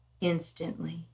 instantly